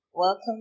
Welcome